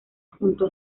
junto